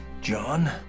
John